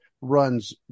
runs